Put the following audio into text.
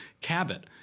Cabot